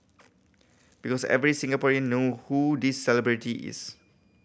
because every Singaporean know who this celebrity is